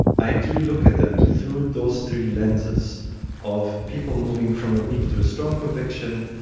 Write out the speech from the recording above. i do look at them through those three lenses of people moving from a weak to a strong conviction,